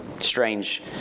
strange